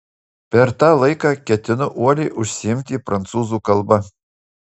per tą laiką ketinu uoliai užsiimti prancūzų kalba